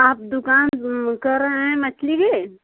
आप दुकान कर रहें हैं मछली की